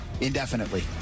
indefinitely